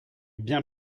bien